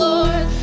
Lord